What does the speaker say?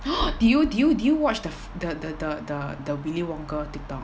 did you did you did you watch the the the the the the willy wonka tiktok